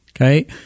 Okay